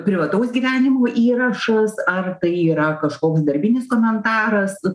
privataus gyvenimo įrašas ar tai yra kažkoks darbinis komentaras